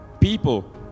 People